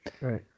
right